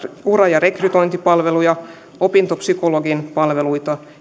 ura ja rekrytointipalveluja opintopsykologin palveluita